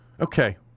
Okay